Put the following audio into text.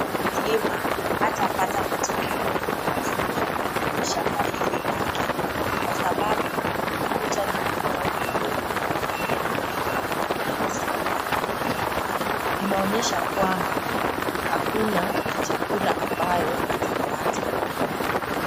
Mkulima hatapata matokeo mazuri kwenye shamba hili lake kwa sababu, amekuja na akaona dudu zimevamia mahindi na kuzikulakula. Inaonyesha kwamba hakuna chakula ambayo atapata.